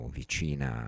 vicina